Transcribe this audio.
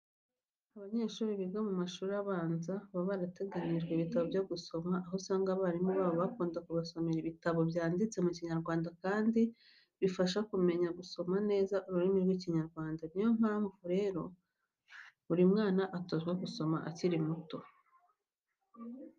Abanyeshuri biga mu mashuri abanza baba barateganyirijwe ibitabo byo gusoma. Aho usanga abarimu babo bakunda kubasomera ibitabo byanditse mu Kinyarwanda kandi bibafasha kumenya gusoma neza ururimi rw'Ikinyarwanda. Ni yo mpamvu rero buri mwana atozwa gusoma akiri muto.